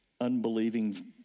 unbelieving